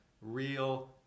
real